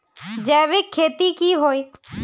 जैविक खेती की होय?